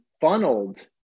funneled